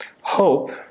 Hope